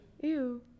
Ew